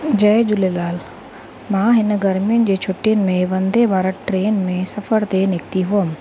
जय झूलेलाल मां हिन गर्मियुनि जी छुटियुनि में वंदे भारत ट्रेन में सफ़र ते निकिती हुअमि